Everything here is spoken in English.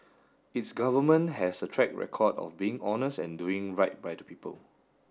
its Government has a track record of being honest and doing right by the people